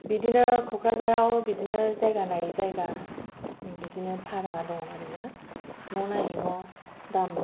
बिदिनो क'क्राझाराव बिदिनो जायगा नायै जायगा बिदिनो भारा दं आरो ना न' नायै न' दाम